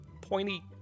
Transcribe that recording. pointy